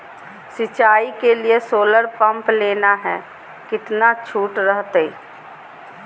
सिंचाई के लिए सोलर पंप लेना है कितना छुट रहतैय?